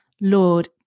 Lord